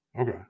Okay